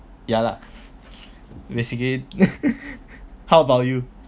ya lah basically how about you